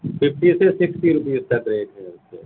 fifty سے sixty rupees تک rate ہے اُس کے